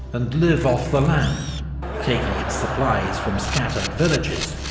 and live off the land taking its supplies from scattered villages,